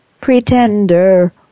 pretender